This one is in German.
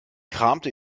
kramte